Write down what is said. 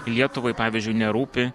lietuvai pavyzdžiui nerūpi